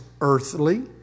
earthly